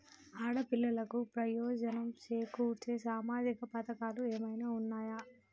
ఆడపిల్లలకు ప్రయోజనం చేకూర్చే సామాజిక పథకాలు ఏమైనా ఉన్నయా?